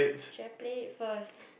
should have played it first